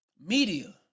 media